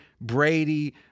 Brady